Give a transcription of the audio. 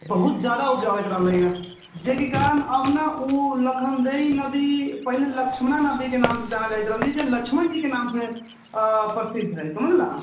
बहुत ज्यादा उपजाबैत रहलैए जाहिके कारण ओ ने लखनदेहि नदी पहिने लक्ष्मणा नदीके नामसँ जानल जाइत रहलै कि नदी लक्षमण जीके नामसँ प्रसिद्ध हइ समझलह